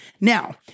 Now